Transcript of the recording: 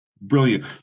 brilliant